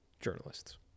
journalists